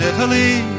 Italy